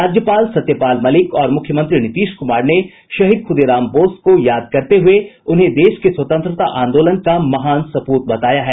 राज्यपाल सत्यपाल मलिक और मुख्यमंत्री नीतीश कुमार ने शहीद खुदीराम बोस को याद करते हुए उन्हें देश के स्वतंत्रता आंदोलन का महान सपूत बताया है